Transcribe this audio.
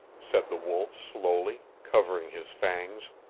said the wolf slowly, covering his fangs.